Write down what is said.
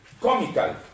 comical